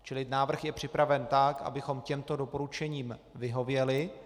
Čili návrh je připraven tak, abychom těmto doporučením vyhověli.